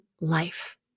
life